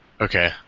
Okay